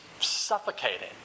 suffocating